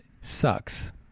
sucks